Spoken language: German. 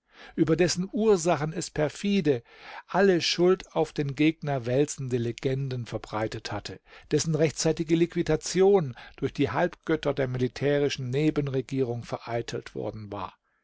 über dessen ursachen es perfide alle schuld auf den gegner wälzende legenden verbreitet hatte dessen rechtzeitige liquidation durch die halbgötter der militärischen nebenregierung vereitelt worden war